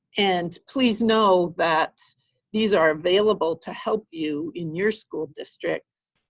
and please know that these are available to help you in your school district.